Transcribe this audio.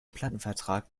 plattenvertrag